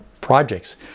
projects